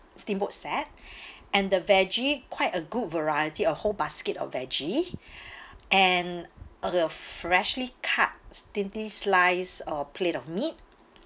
steamboat set and the veggie quite a good variety a whole basket of veggie and uh the freshly cut thinly sliced uh plate of meat